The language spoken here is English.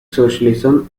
socialism